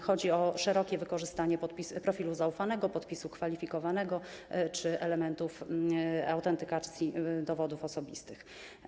Chodzi o szerokie wykorzystanie profilu zaufanego, podpisu kwalifikowanego czy elementów autentykacji dowodów osobistych.